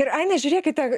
ir aina žiūrėkite